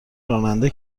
راننده